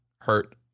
hurt